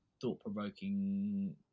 Thought-provoking